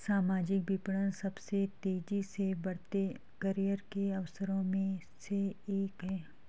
सामाजिक विपणन सबसे तेजी से बढ़ते करियर के अवसरों में से एक है